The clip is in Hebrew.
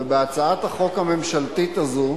ובהצעת החוק הממשלתית הזו